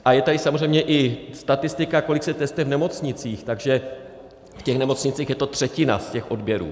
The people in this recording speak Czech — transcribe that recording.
A je tady samozřejmě i statistika, kolik se testuje v nemocnicích, takže v těch nemocnicích je to třetina z těch odběrů.